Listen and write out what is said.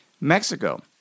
Mexico